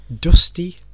Dusty